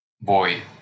boy